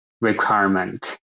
requirement